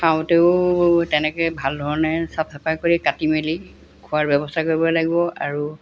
খাওঁতেও তেনেকৈ ভাল ধৰণে চাফ চাফাই কৰি কাটি মেলি খোৱাৰ ব্যৱস্থা কৰিব লাগিব আৰু